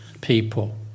people